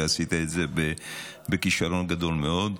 ועשית את זה בכישרון גדול מאוד,